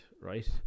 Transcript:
right